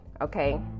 okay